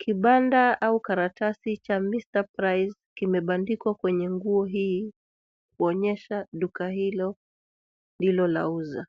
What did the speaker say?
Kibanda au karatasi kimeandika [cs ] Mr price [cs ] kimeandika kwenye nguo hii kuonyesha kuwa duka hili ndilo la uza.